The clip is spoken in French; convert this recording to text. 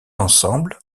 ensemble